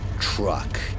truck